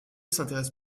s’intéresse